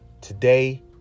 Today